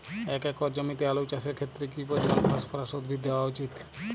এক একর জমিতে আলু চাষের ক্ষেত্রে কি পরিমাণ ফসফরাস উদ্ভিদ দেওয়া উচিৎ?